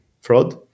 fraud